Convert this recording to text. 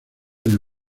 del